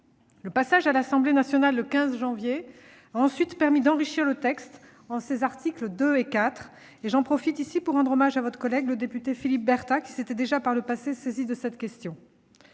ce texte à l'Assemblée nationale le 15 janvier a ensuite permis d'enrichir celui-ci, en ses articles 2 et 4- j'en profite pour rendre hommage à votre collègue député Philippe Berta, qui s'était déjà par le passé saisi de cette question.